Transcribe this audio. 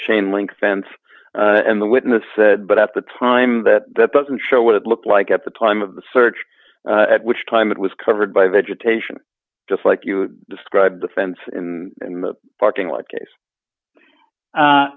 chain link fence and the witness said but at the time that that doesn't show what it looked like at the time of the search at which time it was covered by vegetation just like you described the fence in the parking lot case